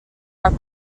are